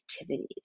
activities